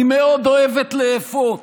אני מאוד אוהבת לאפות,